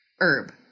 herb